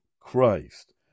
Christ